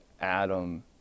Adam